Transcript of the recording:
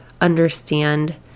understand